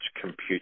computer